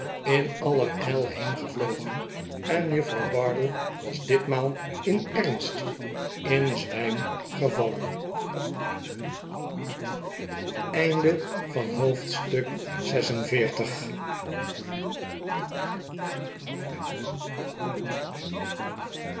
in allerijl heengevlogen en juffrouw bardell was ditmaal in ernst in zwijm gevallen hoofdstuk